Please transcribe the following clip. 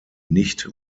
nicht